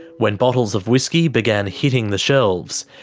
when bottles of whisky began hitting the shelves,